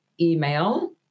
email